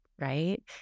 right